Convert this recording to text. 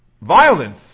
violence